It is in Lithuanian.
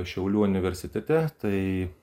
šiaulių universitete tai